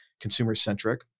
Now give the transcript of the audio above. consumer-centric